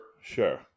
Sure